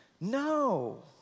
No